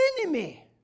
enemy